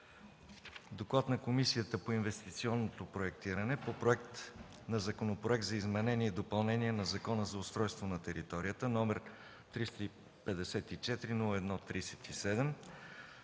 „ДОКЛАД на Комисията по инвестиционно проектиране по Законопроект за изменение и допълнение на Закона за устройство на територията, № 354-01-37,